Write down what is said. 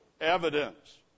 evidence